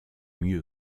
mieux